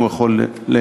אם הוא יכול לכהן.